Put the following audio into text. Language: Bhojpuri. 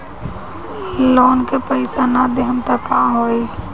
लोन का पैस न देहम त का होई?